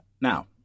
Now